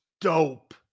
dope